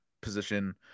position